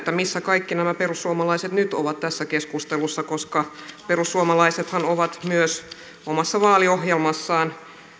missä kaikki nämä perussuomalaiset nyt ovat tässä keskustelussa koska perussuomalaisethan ovat myös omassa vaaliohjelmassaan